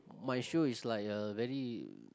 my shoe is like a very